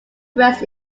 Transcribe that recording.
grants